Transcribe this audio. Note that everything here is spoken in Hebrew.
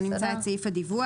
בואו נמצא את סעיף הדיווח.